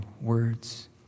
words